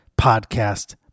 podcast